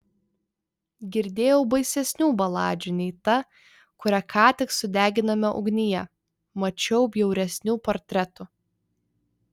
girdėjau baisesnių baladžių nei ta kurią ką tik sudeginome ugnyje mačiau bjauresnių portretų